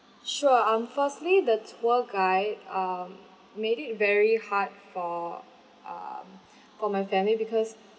sure um firstly the tour guide um made it very hard for um for my family because